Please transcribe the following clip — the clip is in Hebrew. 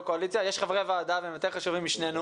קואליציה אבל יש את חברי הוועדה והם יותר חשובים משנינו.